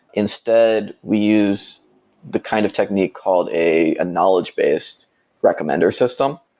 instead, we use the kind of technique called a knowledge-based recommender system,